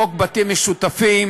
חוק בתים משותפים,